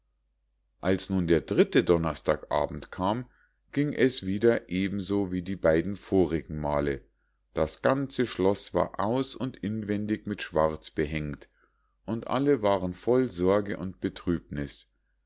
als nun der dritte donnerstag abend kam ging es wieder eben so wie die beiden vorigen male das ganze schloß war aus und inwendig mit schwarz behängt und alle waren voll sorge und betrübniß